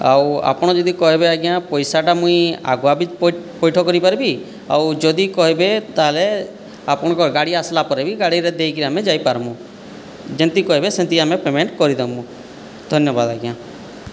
ଆଉ ଆପଣ ଯଦି କହିବେ ଆଜ୍ଞା ପଇସାଟା ମୁଁ ଆଗୁଆ ବି ପଇଠ କରିପାରିବି ଆଉ ଯଦି କହିବେ ତା'ହେଲେ ଆପଣଙ୍କ ଗାଡ଼ି ଆସିଲା ପରେ ବି ଗାଡ଼ିରେ ଦେଇକରି ଆମେ ଯାଇପାରିବୁ ଯେମିତି କହିବେ ସେମିତି ଆମେ ପେମେଣ୍ଟ କରିଦେବୁ ଧନ୍ୟବାଦ ଆଜ୍ଞା